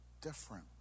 different